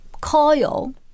coil